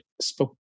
spoke